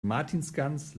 martinsgans